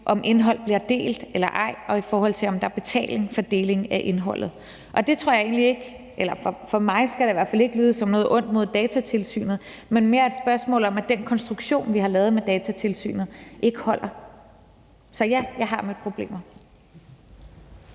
om indhold bliver delt eller ej, og i forhold til om der er betaling for deling af indholdet. Fra mig skal det i hvert fald ikke lyde som noget ondt mod Datatilsynet, men mere et spørgsmål om, at den konstruktion, vi har lavet med Datatilsynet, ikke holder. Så ja, jeg har mødt problemer.